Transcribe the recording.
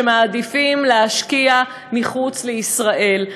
שמעדיפים להשקיע מחוץ לישראל.